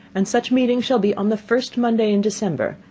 and such meeting shall be on the first monday in december,